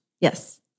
Yes